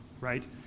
right